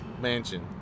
mansion